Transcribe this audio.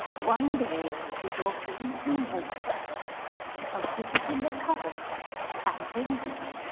one day he brought a wheaten loaf and put it in the cupboard and lingered,